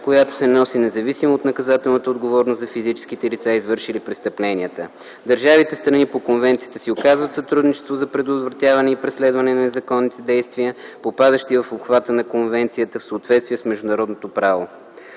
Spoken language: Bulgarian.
която се носи независимо от наказателната отговорност за физическите лица, извършили престъпленията. Държавите – страни по Конвенцията си оказват сътрудничество за предотвратяване и преследване на незаконните действия, попадащи в обхвата на Конвенцията, в съответствие с международното право.